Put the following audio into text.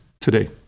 today